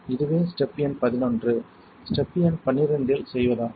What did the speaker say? இதுவே ஸ்டெப் எண் பதினொன்று ஸ்டெப் எண் பன்னிரெண்டில் செய்வதாகும்